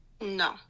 No